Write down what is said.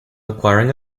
acquiring